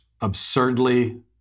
absurdly